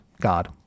God